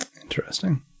Interesting